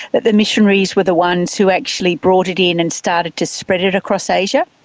that the missionaries were the ones who actually brought it in and started to spread it across asia?